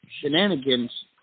shenanigans